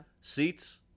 Seats